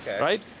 right